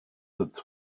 its